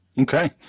Okay